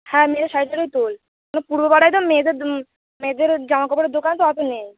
হ্যাঁ মেয়েদের শাড়ি টাড়ি তোল কেন পূর্ব পাড়ায় তো মেয়েদের মেয়েদের জামা কাপড়ের দোকান তো অত নেই